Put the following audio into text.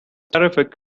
terrific